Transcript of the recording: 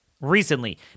recently